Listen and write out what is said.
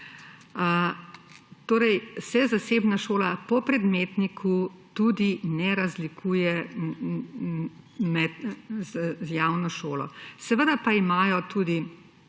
Torej se zasebna šola po predmetniku tudi ne razlikuje z javno šolo. Seveda pa imajo tudi